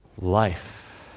life